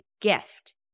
gift